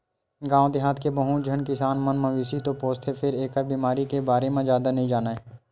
गाँव देहाथ के बहुत झन किसान मन मवेशी तो पोसथे फेर एखर बेमारी के बारे म जादा नइ जानय